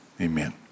amen